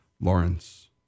Lawrence